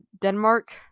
Denmark